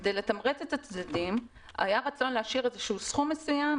כדי לתמרץ את הצדדים היה רצון להשאיר סכום מסוים,